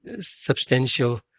Substantial